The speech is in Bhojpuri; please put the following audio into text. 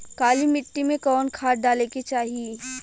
काली मिट्टी में कवन खाद डाले के चाही?